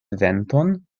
venton